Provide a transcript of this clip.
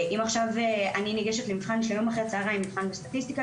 אם אני ניגשת למבחן יש לי היום אחר הצהריים מבחן בסטטיסטיקה,